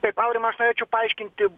taip aurimai aš norėčiau paaiškinti